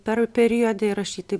per periode ir aš jį taip